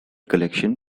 collection